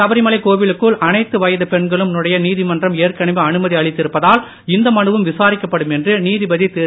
சபரிமலை கோவிலுக்குள் எல்லா வயது பெண்களும் நுழைய நீதிமன்றம் ஏற்கனவே அனுமதி அளித்திருப்பதால் இந்த மனுவும் விசாரிக்கப்படும் என்று நீதிபதி திரு